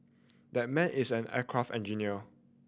that man is an aircraft engineer